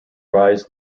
rise